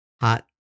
Hot